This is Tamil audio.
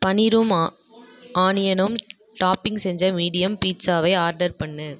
பன்னிருமா ஆனியனும் டாப்பிங் செஞ்ச மீடியம் பீட்சாவை ஆர்டர் பண்ணு